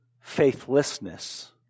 faithlessness